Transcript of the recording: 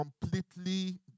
completely